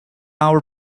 our